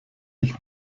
ich